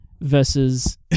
versus